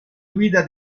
guida